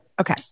Okay